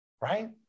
Right